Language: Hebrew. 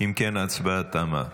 אם כן, ההצבעה תמה.